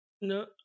no